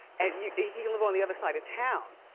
yeah he can live on the other side of town.